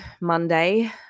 Monday